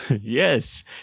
Yes